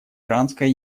иранская